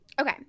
okay